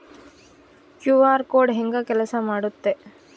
QR code ಹೆಂಗ ಕೆಲಸ ಮಾಡುತ್ತೆ?